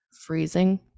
freezing